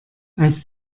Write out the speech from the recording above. als